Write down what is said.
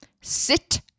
Sit